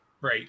Right